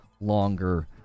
longer